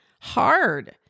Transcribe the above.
hard